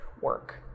work